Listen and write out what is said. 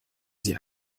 sie